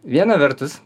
viena vertus